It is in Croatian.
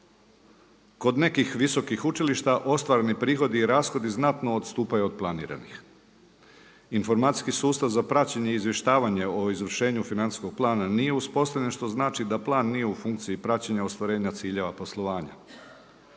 Kod nekih visokih učilišta ostvareni prihodi i rashodi znatno odstupaju od planiranih. Informacijski sustav za praćenje i izvještavanje o izvršenju financijskog plana nije uspostavljen što znači da plan nije u funkciji praćenja ostvarenja ciljeva poslovanja.